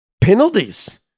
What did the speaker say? Penalties